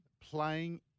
playing